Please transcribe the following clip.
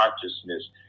consciousness